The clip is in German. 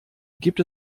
gibt